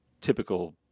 typical